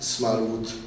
Smallwood